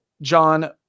John